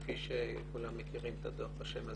כפי שכולם מכירים את הדוח בשם הזה.